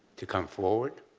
to come forward,